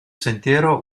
sentiero